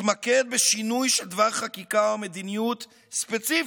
מתמקד בשינוי של דבר חקיקה או מדיניות ספציפיים,